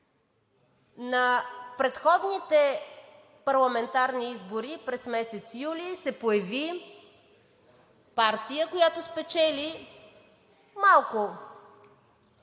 На предходните парламентарни избори през месец юли се появи партия, която спечели малко